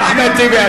אחמד טיבי,